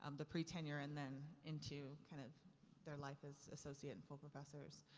um the pre-tenure and then into kind of their life as associate and full professors.